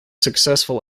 successful